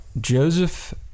Joseph